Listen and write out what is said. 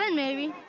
and maybe.